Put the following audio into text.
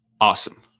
awesome